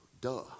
duh